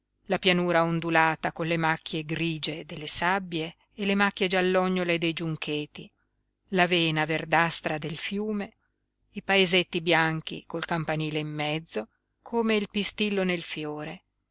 la pianura ondulata con le macchie grigie delle sabbie e le macchie giallognole dei giuncheti la vena verdastra del fiume i paesetti bianchi col campanile in mezzo come il pistillo nel fiore